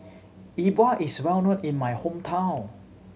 E Bua is well known in my hometown